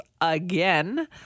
again